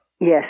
Yes